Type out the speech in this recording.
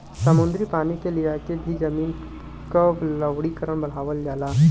समुद्री पानी के लियाके भी जमीन क लवणीकरण बढ़ावल जाला